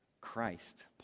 Christ